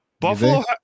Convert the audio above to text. Buffalo